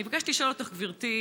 אני מבקשת לשאול אותך, גברתי: